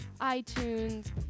iTunes